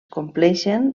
compleixen